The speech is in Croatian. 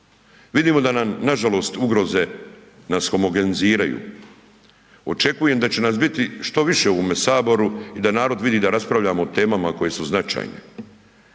Vidimo da nam nažalost ugroze nas homogeniziraju, očekujem da će nas biti što više u ovome Saboru i da narod vidi da raspravljamo o temama koje su značajne,